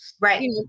Right